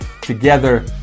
Together